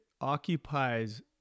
occupies